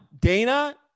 Dana